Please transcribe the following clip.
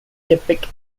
adipic